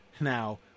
now